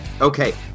Okay